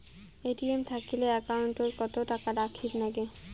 ATM থাকিলে account ওত কত টাকা রাখীর নাগে?